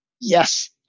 yes